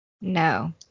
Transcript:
No